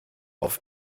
auf